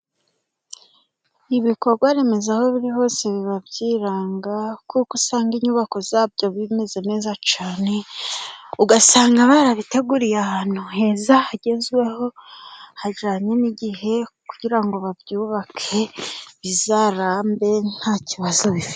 Ibikorwaremezo aho biri hose biba byiranga, kuko usanga inyubako zabyo bimeze neza cyane ,ugasanga barabiteguriye ahantu heza hagezweho hajyanye n'igihe kugira ngo babyubake ,bizarambe nta kibazo bifite.